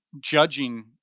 judging